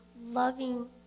loving